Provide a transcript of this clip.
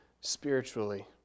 spiritually